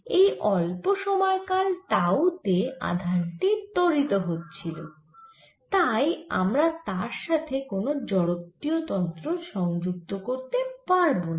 এই অল্প সময়কাল টাউ তে আধান টি ত্বরিত হচ্ছিল তাই আমরা তার সাথে কোন জড়ত্বীয় তন্ত্র সংযুক্ত করতে পারবনা